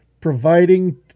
providing